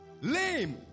Lame